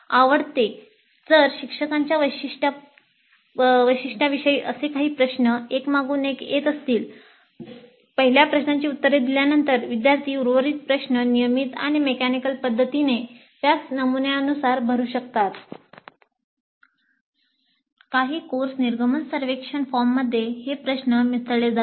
जसे की जर शिक्षकांच्या वैशिष्ट्यांविषयी असे काही प्रश्न एकामागून एक येत असतील पहिल्या प्रश्नांची उत्तरे दिल्यानंतर विद्यार्थी उर्वरित प्रश्न नियमित आणि मेकॅनिकल काही कोर्स निर्गमन सर्वेक्षण फॉर्ममध्ये हे प्रश्न मिसळले जातात